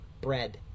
bread